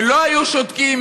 שלא היו שותקים,